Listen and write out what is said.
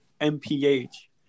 MPH